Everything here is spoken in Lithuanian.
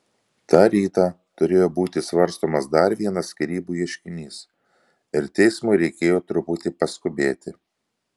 tą rytą turėjo būti svarstomas dar vienas skyrybų ieškinys ir teismui reikėjo truputį paskubėti